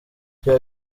iryo